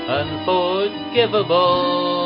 unforgivable